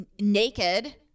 Naked